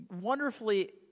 wonderfully